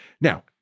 Now